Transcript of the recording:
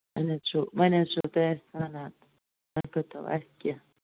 وۅنۍ حظ چھُ وۅنۍ حظ چھِو تُہۍ أسۍ وَنان تُہۍ کٔرۍتو اسہِ کیٚنٚہہ